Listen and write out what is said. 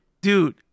dude